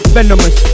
Venomous